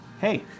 Hey